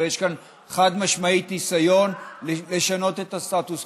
ויש כאן חד-משמעית ניסיון לשנות את הסטטוס קוו,